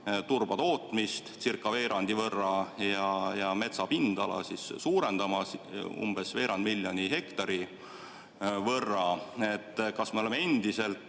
turbatootmistcircaveerandi võrra ja metsa pindala suurendama umbes veerand miljoni hektari võrra. Kas me oleme endiselt